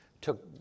took